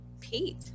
Pete